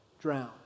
drown